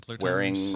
wearing